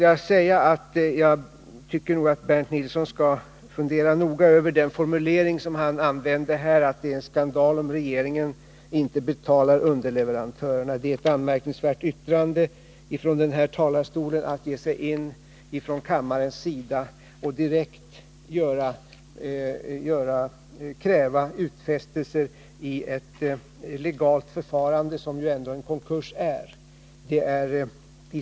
Jag tycker att Bernt Nilsson noga skall fundera över den formulering som han använde här, att det är en skandal om regeringen inte betalar Nr 32 underleverantörerna. Det är ett anmärkningsvärt yttrande från denna Måndagen den talarstol. Det är anmärkningsvärt att direkt här från kammarens sida kräva 24 november 1980 utfästelser i ett legalt förfarande, som ändå en konkurs är.